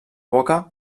boca